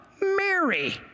Mary